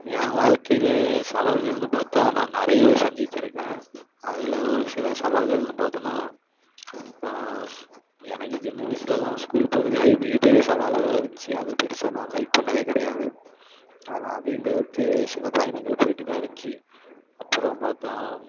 என் வாழ்க்கையில் சவால்கள்னு பார்த்தா நான் நிறையவே சந்திச்சுருக்கேன் அதில் ஒரு சில சவால்கள்னு பார்த்தோன்னா எனக்கு சின்ன வயசுலெலாம் ஸ்கூல் போகிறதே மிகப்பெரிய சவாலாகதான் இருந்துச்சு அது பெரிசா நான் லைக் பண்ணிணதே கிடையாது ஆனால் அதையும் தவிர்த்து சில பயணங்கள் போயிட்டு தான் இருந்துச்சு அப்புறம் பார்த்தா